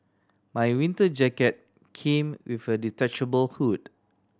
my winter jacket came with a detachable hood